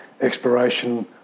exploration